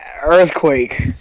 Earthquake